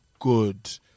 good